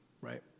right